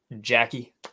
Jackie